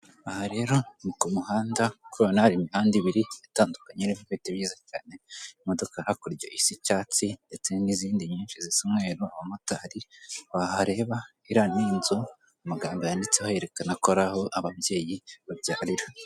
Aha rero ni ku muhanda nk'uko ubibona hari imihanda ibiri itandukanye ifite ibiti byiza cyane imodoka hakurya isa icyatsi ndetse n'izindi nyinshi zisa umweru, abamotari. Wahareba iriya ni inzu amagambo yanditseho yerekana ko ari aho ababyeyi babyarira.